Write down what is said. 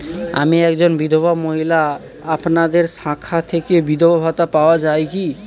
আমি একজন বিধবা মহিলা আপনাদের শাখা থেকে বিধবা ভাতা পাওয়া যায় কি?